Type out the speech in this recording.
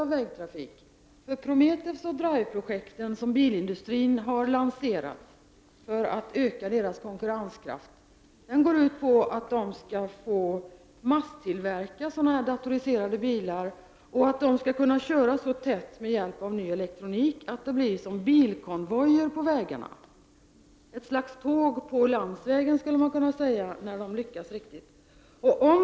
Prometheus-projektet och Drive-programmet, som bilindustrin har lanse rat för att öka sin konkurrenskraft, går ut på att man skall få masstillverka datoriserade bilar och att dessa skall kunna köra så tätt med hjälp av ny elektronik att det blir som bilkonvojer på vägarna. När det lyckas riktigt kan man säga att det blir ett slags tåg på landsväg.